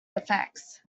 effects